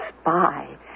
spy